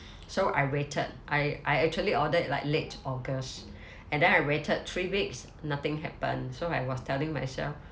so I waited I I actually ordered like late august and then I waited three weeks nothing happen so I was telling myself